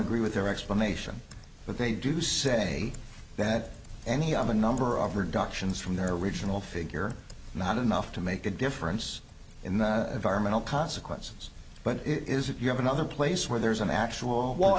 agree with their explanation but they do say that any of a number of productions from their original figure not enough to make a difference in the environmental consequences but it is if you have another place where there's an actual w